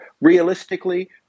realistically